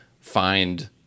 find